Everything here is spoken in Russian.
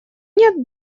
нет